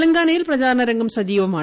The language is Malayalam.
തെലങ്കാനയിൽ പ്രചരണരംഗം സജീവമാണ്